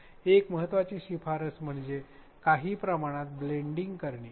एक महत्वाची शिफारस म्हणजे काही प्रमाणात ब्लेंडिंग करणे